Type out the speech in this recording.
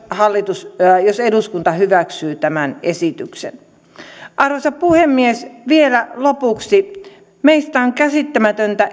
jos eduskunta hyväksyy tämän esityksen arvoisa puhemies vielä lopuksi meistä on käsittämätöntä